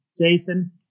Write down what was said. Jason